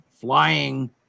flying